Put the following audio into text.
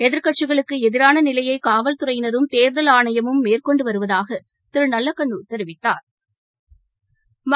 எதிர்க்கட்சிகளுக்குஎதிரானநிலையைகாவல்துறையினரும் தேர்தல் ஆணைமும் மேற்கொண்டுவருவதாகதிருநல்லக்கண்ணுதெரிவித்தாா்